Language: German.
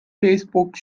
facebook